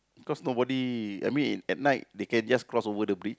cause nobody I mean at night they just cross over the bridge